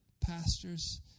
pastors